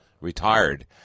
retired